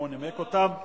והוא נימק אותם,